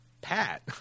pat